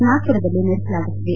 ನಾಗಮರದಲ್ಲಿ ನಡೆಸಲಾಗುತ್ತಿದೆ